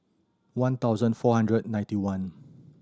one thousand four hundred ninety one